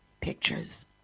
Pictures